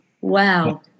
Wow